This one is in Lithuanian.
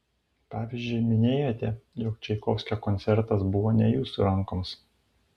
pavyzdžiui minėjote jog čaikovskio koncertas buvo ne jūsų rankoms